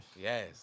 Yes